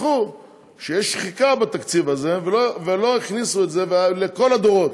שכחו שיש שחיקה בתקציב הזה ולא הכניסו את זה לכל הדורות,